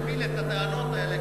להגביל את הטענות האלה,